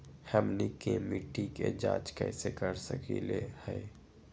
हमनी के मिट्टी के जाँच कैसे कर सकीले है?